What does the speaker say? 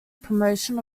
promotion